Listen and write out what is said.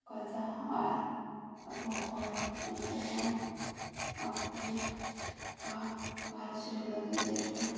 ᱠᱟᱫᱟ ᱟᱨ ᱟᱵᱚ ᱦᱚᱲ ᱩᱝᱠᱩ ᱦᱚᱸ ᱟᱠᱚ ᱵᱟ ᱜᱷᱟᱨᱚᱸᱡᱽ ᱨᱮ ᱞᱟᱜᱤᱫ ᱡᱮᱴᱟ